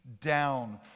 down